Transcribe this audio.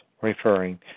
referring